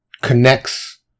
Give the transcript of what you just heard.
connects